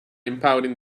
impounding